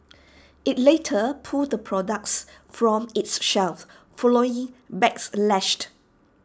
IT later pulled the products from its shelves following backlash